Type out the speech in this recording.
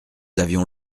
avions